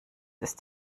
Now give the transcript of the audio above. ist